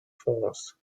fonds